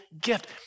gift